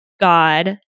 God